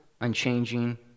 unchanging